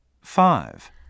Five